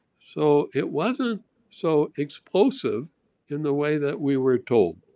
so it wasn't so explosive in the way that we were told.